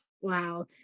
Wow